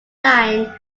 line